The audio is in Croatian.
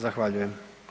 Zahvaljujem.